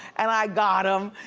and i got em.